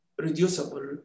reducible